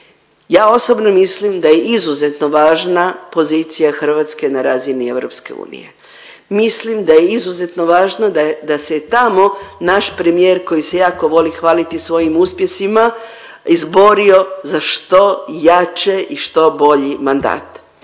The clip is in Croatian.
Ja osobno mislim da je izuzetno važna pozicija Hrvatske na razini EU, mislim da je izuzetno važno da je se tamo naš premijer koji se jako voli hvaliti svojim uspjesima izborio za što jače i što bolji mandat,